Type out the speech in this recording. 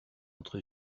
entre